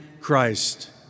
Christ